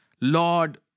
Lord